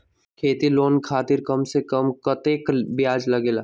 खेती लोन खातीर कम से कम कतेक ब्याज लगेला?